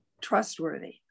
trustworthy